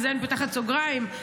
בזה אני פותחת סוגריים,